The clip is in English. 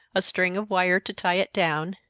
a string of wire to tie it down,